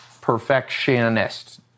perfectionist